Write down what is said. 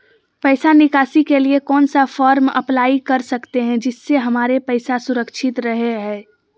पैसा निकासी के लिए कौन सा फॉर्म अप्लाई कर सकते हैं जिससे हमारे पैसा सुरक्षित रहे हैं?